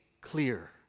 clear